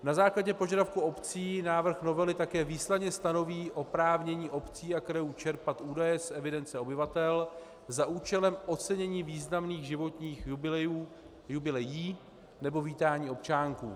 Na základě požadavků obcí návrh novely také výslovně stanoví oprávnění obcí a krajů čerpat údaje z evidence obyvatel za účelem ocenění významných životních jubileí nebo vítání občánků.